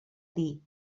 dir